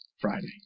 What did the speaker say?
Friday